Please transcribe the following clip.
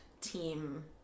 team